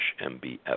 mbf